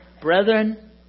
Brethren